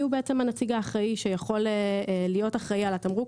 מיהו הנציג האחראי שיכול להיות אחראי על התמרוק